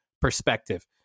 perspective